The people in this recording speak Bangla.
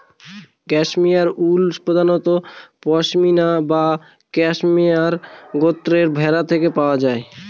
ক্যাশমেয়ার উল প্রধানত পসমিনা বা ক্যাশমেয়ার গোত্রের ভেড়া থেকে পাওয়া যায়